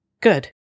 good